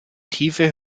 tiefe